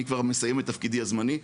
אני כבר מסיים את תפקידי הזמני.